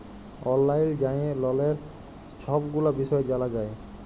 অললাইল যাঁয়ে ললের ছব গুলা বিষয় জালা যায়